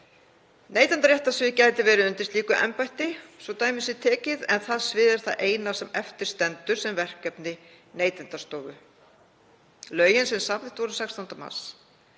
Neytendaréttarsvið gæti verið undir slíku embætti, svo að dæmi sé tekið, en það svið er það eina sem eftir stendur sem verkefni Neytendastofu. Lögin sem samþykkt voru 16. mars